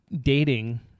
dating